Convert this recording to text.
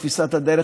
תפיסת הדרך,